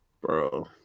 Bro